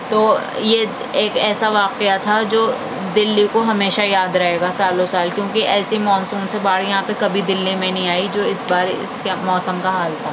تو یہ ایک ایسا واقعہ تھا جو دلی کو ہمیشہ یاد رہےگا سالوں سال کیونکہ ایسی مانسون سے باڑھ یہاں پہ کبھی بھی دلی میں نہیں آئی جو اس بار اس موسم کا حال تھا